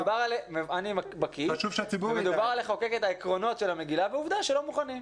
מדובר על חקיקת עקרונות המגילה ועובדה שלא מוכנים.